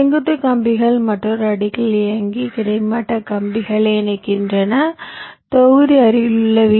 செங்குத்து கம்பிகள் மற்றொரு அடுக்கில் இயங்கி கிடைமட்ட கம்பிகளை இணைக்கின்றன தொகுதி அருகிலுள்ள வி